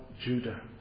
Judah